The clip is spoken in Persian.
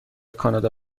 کانادا